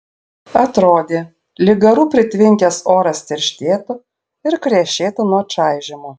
atrodė lyg garų pritvinkęs oras tirštėtų ir krešėtų nuo čaižymo